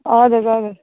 اَدٕ حظ اَدٕ حظ